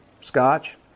scotch